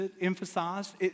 emphasized